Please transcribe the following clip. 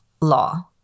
law